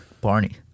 Barney